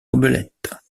omelette